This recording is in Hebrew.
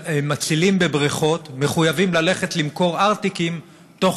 מצילים בבריכות מחויבים ללכת למכור ארטיקים תוך